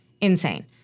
insane